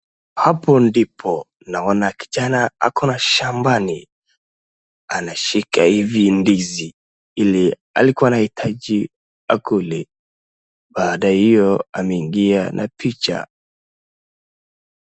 Hapo ndipo naona kijana ako na shambani, anashika hivi ndizi, ili alikuwa anahitaji akule. Baada ya hiyo, ameingia na picha.